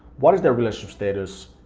what is their relationship status,